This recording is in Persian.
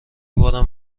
بارم